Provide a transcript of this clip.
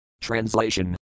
Translation